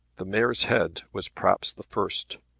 the mare's head was perhaps the first.